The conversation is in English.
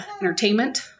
entertainment